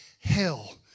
hell